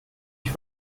ich